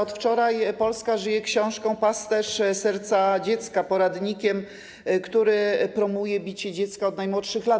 Od wczoraj Polska żyje książką „Pasterz serca dziecka”, poradnikiem, który promuje bicie dziecka od najmłodszych lat.